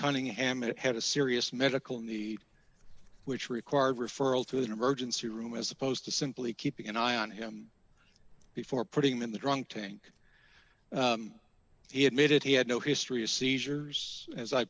cunningham it had a serious medical need which required referral to an emergency room as opposed to simply keeping an eye on him before putting in the drunk tank he had made it he had no history of seizures as i